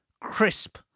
crisp